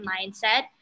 mindset